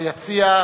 ביציע גמלאי המשטרה.